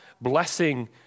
blessing